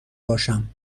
باشم